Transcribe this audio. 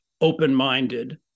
open-minded